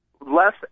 Less